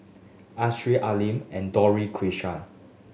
Arasu Al Lim and Dorothy Krishnan